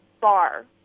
bar